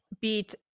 beat